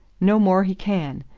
no more he can.